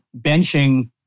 benching